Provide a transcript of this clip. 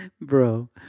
Bro